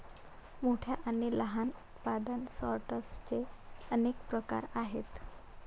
मोठ्या आणि लहान उत्पादन सॉर्टर्सचे अनेक प्रकार आहेत